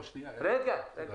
אני